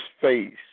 face